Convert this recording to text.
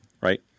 right